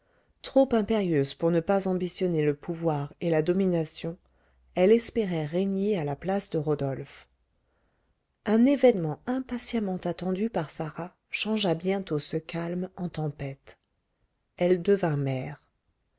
trop impérieuse pour ne pas ambitionner le pouvoir et la domination elle espérait régner à la place de rodolphe un événement impatiemment attendu par sarah changea bientôt ce calme en tempête elle devint mère